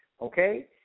okay